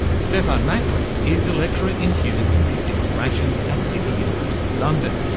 stephann makri is a lecturer in human computer interactions at city university london.